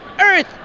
earth